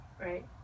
right